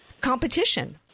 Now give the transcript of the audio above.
competition